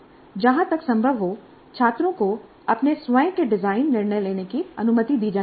जहां तक संभव हो छात्रों को अपने स्वयं के डिजाइन निर्णय लेने की अनुमति दी जानी चाहिए